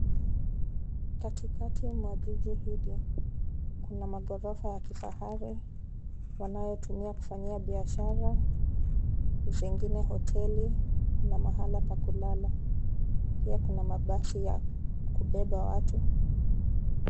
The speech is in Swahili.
Katikati mwa jiji hili, kuna magorofa ya kifahari, wanayotumia kufanyia biashara, zingine hoteli na mahala pa kulala. Pia kuna mabasi ya kubeba watu.